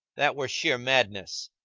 that were sheer madness,